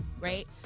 right